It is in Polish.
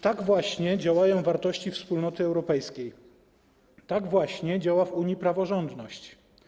Tak właśnie działają wartości Wspólnoty Europejskiej, tak właśnie działa w Unii praworządność.